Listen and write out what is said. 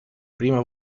prima